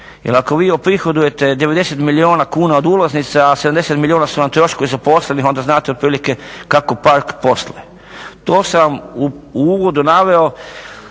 Jer ako vi oprihodujete 90 milijuna kuna od ulaznica, a 70 milijuna su nam troškovi zaposlenih onda znate otprilike kako park posluje. To sam u uvodu naveo